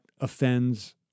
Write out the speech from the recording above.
offends